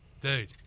Dude